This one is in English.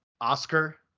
oscar